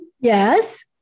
yes